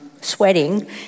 sweating